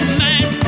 man